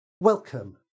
Welcome